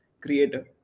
creator